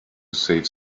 save